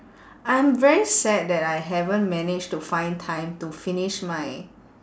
I'm very sad that I haven't managed to find time to finish my